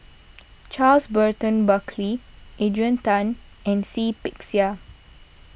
Charles Burton Buckley Adrian Tan and Seah Peck Seah